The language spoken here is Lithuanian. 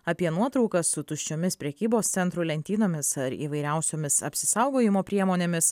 apie nuotraukas su tuščiomis prekybos centrų lentynomis ar įvairiausiomis apsisaugojimo priemonėmis